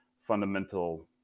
fundamental